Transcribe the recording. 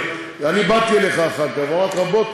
אבל אני באתי אליך אחר כך ואמרתי לך: בוא,